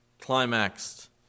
climaxed